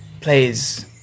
plays